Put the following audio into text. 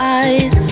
eyes